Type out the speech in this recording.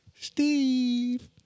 Steve